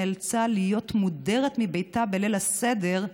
היא נאלצה להיות מודרת מביתה בליל הסדר,